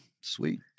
sweet